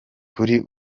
kuri